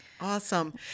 awesome